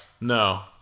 No